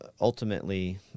ultimately